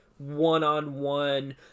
one-on-one